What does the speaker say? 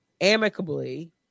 amicably